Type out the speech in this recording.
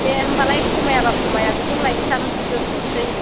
दे होमबालाय खमायाबा खमाया बेखौनो लायनोसां दोनथ'नोसै